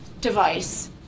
device